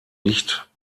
nicht